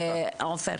עופר,